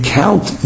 count